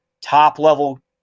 top-level